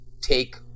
take